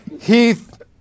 Heath